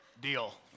deal